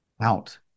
out